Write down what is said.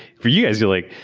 for you guys you're like,